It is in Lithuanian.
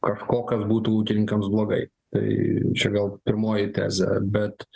kažkokios būtų ūkininkams blogai tai čia gal pirmoji tezė bet